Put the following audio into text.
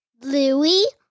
Louie